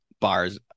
bars